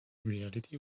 reality